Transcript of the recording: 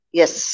yes